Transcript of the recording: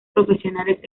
profesionales